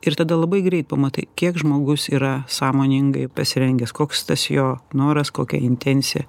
ir tada labai greit pamatai kiek žmogus yra sąmoningai pasirengęs koks tas jo noras kokia intencija